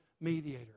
mediator